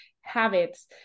habits